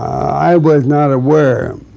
i was not aware